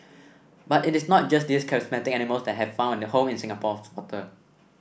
but it is not just these charismatic animals that have found a home in Singapore's water